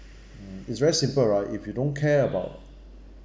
mm it's very simple right if you don't care about